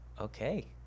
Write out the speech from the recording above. okay